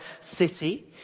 city